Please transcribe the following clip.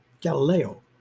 Galileo